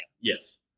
Yes